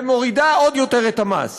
ומורידה את המס